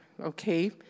okay